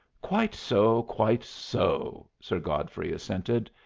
quite so, quite so! sir godfrey assented.